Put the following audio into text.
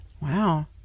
Wow